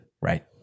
right